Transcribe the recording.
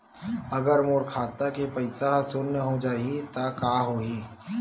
अगर मोर खाता के पईसा ह शून्य हो जाही त का होही?